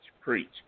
preach